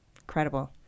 Incredible